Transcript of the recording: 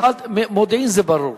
מודיעין זה ברור.